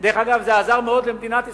דרך אגב, זה עזר מאוד למדינת ישראל.